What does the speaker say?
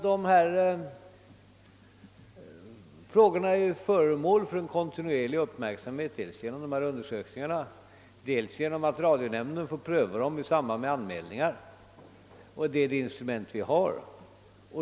Dessa frågor är alltså föremål för kontinuerlig uppmärksamhet dels genom dessa undersökningar, dels genom att radionämnden får pröva dem i samband med anmälningar. Det är de instrument vi har.